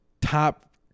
top